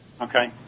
Okay